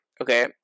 okay